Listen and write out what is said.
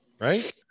right